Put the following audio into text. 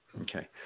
Okay